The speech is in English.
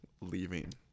leaving